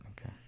Okay